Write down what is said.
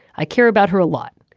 i care about her a lot.